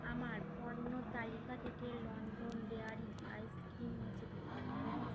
আমার পণ্য তালিকা থেকে লন্ডন ডেয়ারি আইসক্রিম মুছে দিন